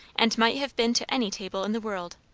and might have been to any table in the world.